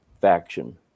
faction